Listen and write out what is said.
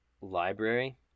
library